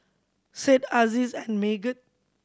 Said Aziz and Megat